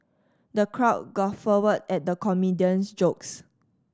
the crowd guffawed at the comedian's jokes